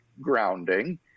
grounding